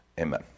Amen